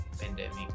pandemic